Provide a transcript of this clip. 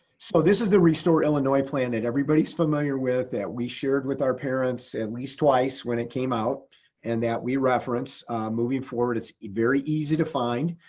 so this is the restore illinois plan that everybody's familiar with, that we shared with our parents at least twice when it came out and that we reference moving forward it's very easy to find